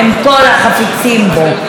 עם כל החפצים בו.